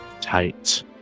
tight